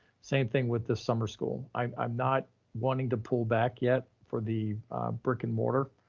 same thing with the summer school. i'm i'm not wanting to pull back yet for the brick and mortar.